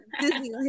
Disney